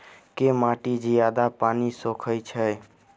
केँ माटि जियादा पानि सोखय छै?